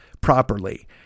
properly